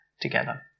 together